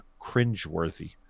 cringeworthy